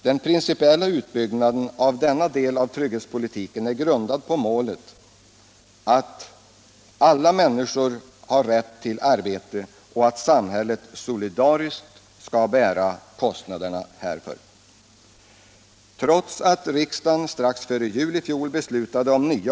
Den principiella uppbyggnaden av denna del av trygghetspolitiken är grundad på åsikten att alla människor har rätt till arbete och att samhället solidariskt skall bära kostnaderna härför.